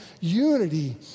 unity